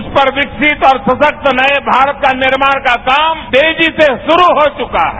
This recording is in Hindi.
उस पर विकसित और सशक्त नए भारत के निर्माण का काम तेजी से शुरू हो चुका है